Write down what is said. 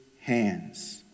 hands